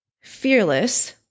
fearless